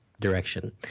direction